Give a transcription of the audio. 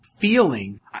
feeling